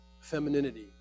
femininity